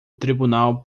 tribunal